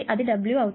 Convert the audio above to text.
అది W